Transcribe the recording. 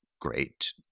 great